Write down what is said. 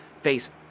face